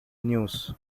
news